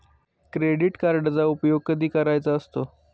Credit कार्डचा उपयोग कधी करायचा असतो?